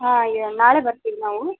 ಹಾಂ ಯಾ ನಾಳೆ ಬರ್ತೀವಿ ನಾವು